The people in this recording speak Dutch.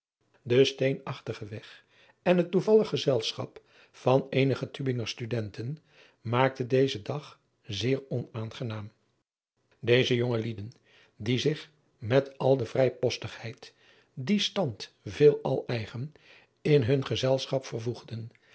e steenachtige weg en het toevallig gezelschap van eenige ubinger tudenten maakten dezen dag zeer onaangenaam eze jonge lieden die zich met al de vrijpostigheid dien stand veelal eigen in hun gezelschap vervoegden